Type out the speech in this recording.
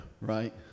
right